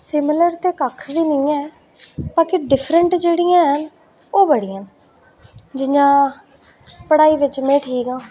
similar ते कक्ख बी नेईं ऐ बाकी डिफरैंट जेह्ड़ियां हैन ओह् बड़ियां न जि'यां पढ़ाई बिच में ठीक आं